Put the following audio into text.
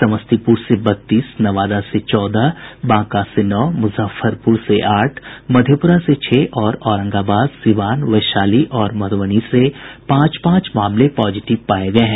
समस्तीपुर से बत्तीस नवादा से चौदह बांका से नौ मुजफ्फरपुर से आठ मधेपुरा से छह और औरंगाबाद सीवान वैशाली और मुधबनी से पांच पांच मामले पॉजिटीव पाये गये हैं